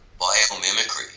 biomimicry